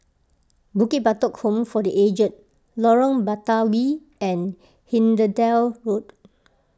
Bukit Batok Home for the Aged Lorong Batawi and Hindhede Road